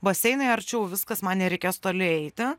baseinai arčiau viskas man nereikės toli eiti